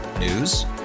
News